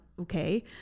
okay